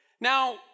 Now